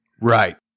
Right